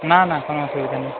না না কোনো অসুবিধা নেই